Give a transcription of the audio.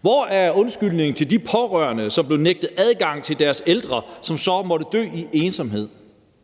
Hvor er undskyldningen til de pårørende, som blev nægtet adgang til deres ældre, som så måtte dø i ensomhed?